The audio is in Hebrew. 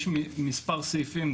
יש מספר סעיפים,